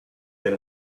than